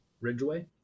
Ridgeway